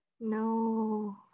No